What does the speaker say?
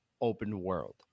open-world